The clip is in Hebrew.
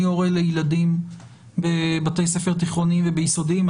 אני הורה לילדים בבתי ספר תיכוניים ויסודיים.